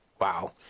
wow